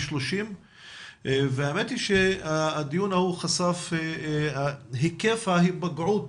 והאמת היא שהדיון ההוא חשף את היקף ההיפגעות